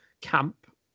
camp